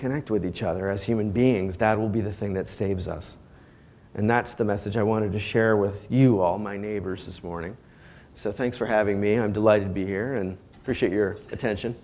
connect with each other as human beings that will be the thing that saves us and that's the message i wanted to share with you all my neighbors this morning so thanks for having me i'm delighted to be here and appreciate your attention